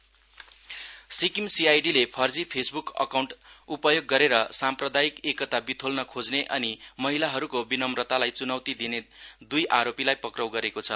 CID Sikkim CID ले फर्जी Facebook account उपयोग गरेर साम्प्रदायिक एकता विथोल्न खोज्ने अनि महिलाहरू विनम्रतालाई चुनौती दिने दुई आरोपीलाई पक्राउ गरेको छ